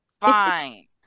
Fine